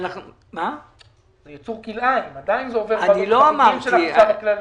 זה עדיין עובר בערוצים של החשב הכללי.